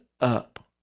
up